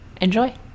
Enjoy